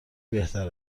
بهتر